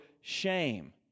shame